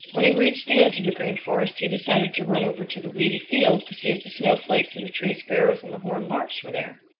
when he reached the edge of the green forest he decided to run over to the weedy field to see if the snowflakes and the tree sparrows and the horned larks were there.